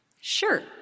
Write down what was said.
Sure